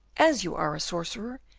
as you are a sorcerer,